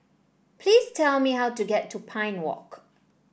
please tell me how to get to Pine Walk